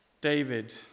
David